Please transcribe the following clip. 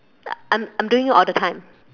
I'm I'm doing it all the time